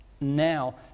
now